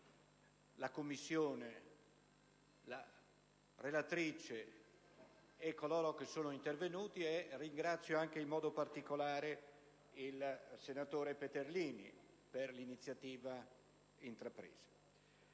la Commissione, la relatrice, coloro che sono intervenuti e, in modo particolare, il senatore Peterlini per l'iniziativa intrapresa.